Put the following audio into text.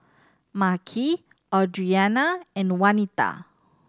Makhi Audrianna and Wanita